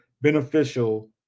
beneficial